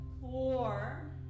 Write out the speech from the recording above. four